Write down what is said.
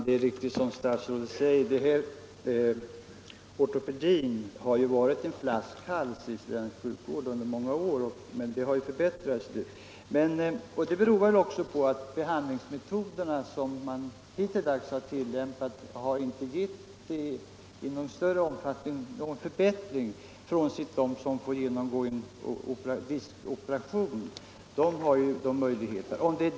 Herr talman! Vad statsrådet säger är alldeles riktigt. Ortopedin har varit en flaskhals i svensk sjukvård under många år, men det har nu blivit en ändring. Detta beror väl också på att de behandlingsmetoder som man hittilldags tillämpat inte i någon större omfattning gett en förbättring, frånsett de fall då det gällt besvär som kunnat avhjälpas genom att patienten fått genomgå en viss operation.